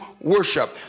worship